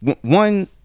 one